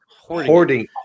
Hoarding